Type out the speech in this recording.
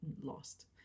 lost